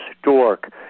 stork